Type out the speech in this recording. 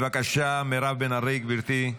בבקשה, מירב בן ארי, גברתי,